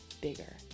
bigger